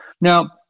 Now